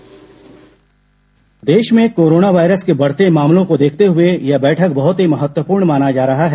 bite देश में corona virus के बढ़ते मामलों को देखते हुए यह बैठक बहुत ही महत्वपूर्ण माना जा रहा है